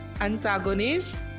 antagonist